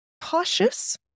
cautious